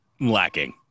lacking